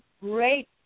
great